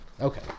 Okay